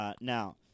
Now